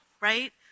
right